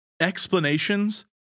explanations